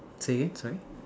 say again sorry